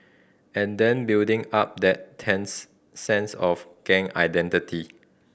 and then building up that tense sense of gang identity